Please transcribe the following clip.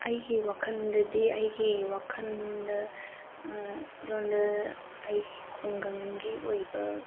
ꯑꯩꯒꯤ ꯋꯥꯈꯜꯗꯗꯤ ꯑꯩꯒꯤ ꯋꯥꯈꯜꯗ ꯂꯣꯟꯗ ꯑꯩꯒꯤ ꯈꯨꯡꯒꯪꯒꯤ ꯑꯣꯏꯕ